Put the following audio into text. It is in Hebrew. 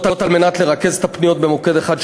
על מנת לרכז את הפניות במוקד אחד,